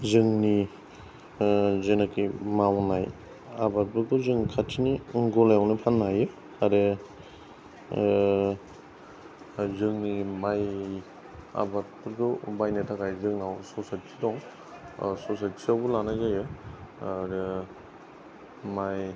जोंनि जेनोखि मावनाय आबादफोरखौ जों खाथिनि गलायावनो फाननो हायो आरो जोंनि माइ आबादफोरखौ बायनो थाखाय जोंनाव ससाइटि दं ससाइटियावबो लानाय जायो आरो माइ